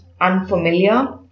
unfamiliar